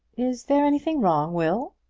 is there anything wrong, will?